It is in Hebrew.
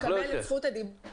אני מבקשת לקבל את זכות הדיבור.